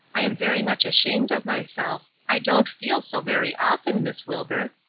i am very much ashamed of myself i don't feel so very often, miss wilbur.